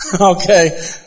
Okay